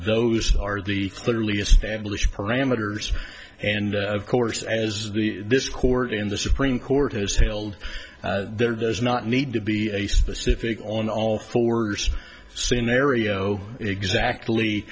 those are the clearly established parameters and of course as the this court in the supreme court has failed there does not need to be a specific on all fours scenario exactly